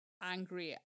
angry